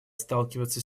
сталкиваться